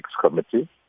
committee